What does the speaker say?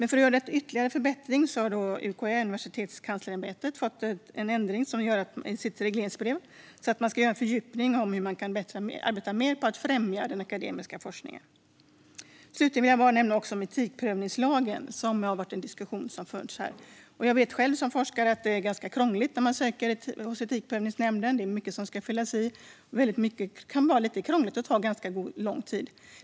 För att få till ytterligare förbättringar har UKÄ, Universitetskanslersämbetet, fått en ändring i sitt regleringsbrev om en fördjupning när det gäller hur man kan arbeta mer för att främja den akademiska forskningen. Slutligen vill jag nämna etikprövningslagen, där en diskussion har förts här. Jag vet själv som forskare att det är ganska krångligt med ansökningar till Etikprövningsmyndigheten. Det är mycket som ska fyllas i, och det kan ta lång tid.